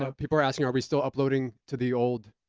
so people are asking are we still uploading to the old,